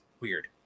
weird